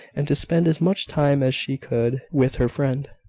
and to spend as much time as she could with her friend.